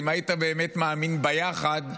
אם היית באמת מאמין ביחד,